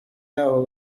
yaho